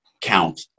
count